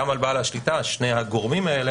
בראייה כמובן מה שקורה בעולם,